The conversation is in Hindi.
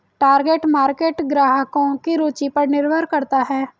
टारगेट मार्केट ग्राहकों की रूचि पर निर्भर करता है